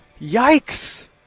Yikes